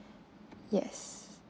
yes